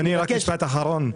אדוני, משפט אחרון.